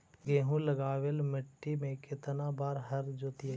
गेहूं लगावेल मट्टी में केतना बार हर जोतिइयै?